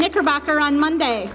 knickerbocker on monday